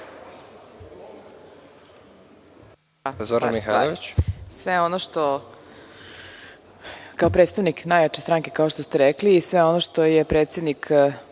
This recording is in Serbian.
**Zorana Mihajlović** Kao predstavnik najjače stranke, kao što ste rekli, i sve ono što je predsednik